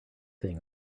thing